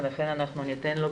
ולכן ניתן לו,